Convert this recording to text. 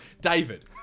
David